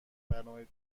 برنامه